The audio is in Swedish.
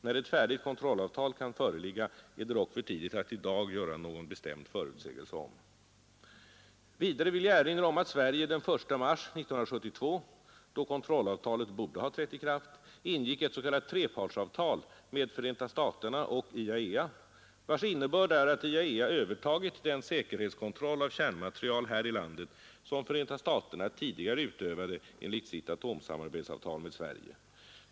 När ett färdigt kontrollavtal kan föreligga är det dock för tidigt att i dag göra någon bestämd förutsägelse om. Vidare vill jag erinra om att Sverige den 1 mars 1972 — då kontrollavtalet borde ha trätt i kraft — ingick ett s.k. trepartsavtal med Förenta staterna och IAEA, vars innebörd är att IAEA övertagit den säkerhetskontroll av kärnmaterial här i landet som Förenta staterna tidigare utövade enligt sitt atomsamarbetsavtal med Sverige.